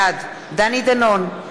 בעד דני דנון,